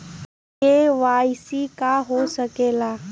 KYC का हो के ला?